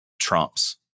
trumps